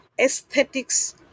aesthetics